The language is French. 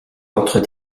votre